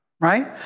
right